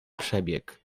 przebieg